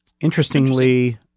Interestingly